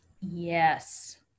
Yes